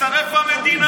שתישרף המדינה.